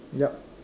yup